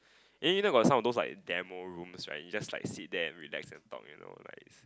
eh you know about some of those like demo rooms right you just like sit there and relax and talk you know